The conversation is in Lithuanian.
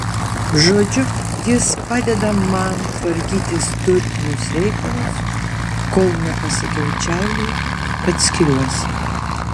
žodžiu jis padeda man tvarkytis turtinius reikalus kol nepasakiau čarliui kad skiriuosi